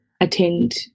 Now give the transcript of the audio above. attend